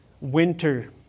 winter